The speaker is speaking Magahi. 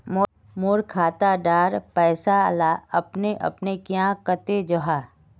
मोर खाता डार पैसा ला अपने अपने क्याँ कते जहा?